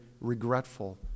regretful